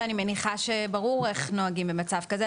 ואני מניחה שברור איך נוהגים במצב כזה.